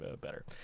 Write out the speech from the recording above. better